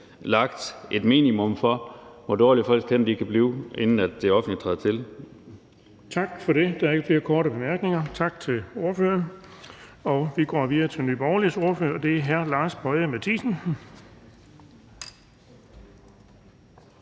lagt et minimum for, hvor dårlige folks tænder kan blive, inden det offentlige træder til.